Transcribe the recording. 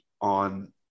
on